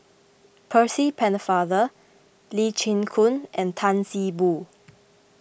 Percy Pennefather Lee Chin Koon and Tan See Boo